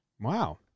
Wow